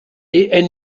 est